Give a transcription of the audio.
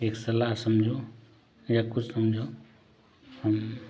एक सलाह समझो या कुछ समझो हम